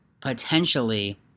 potentially